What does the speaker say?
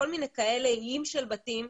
כל מיני איים של בתים,